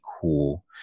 cool